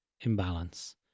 Imbalance